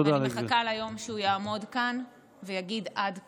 אני מחכה ליום שהוא יעמוד כאן ויגיד: עד כאן,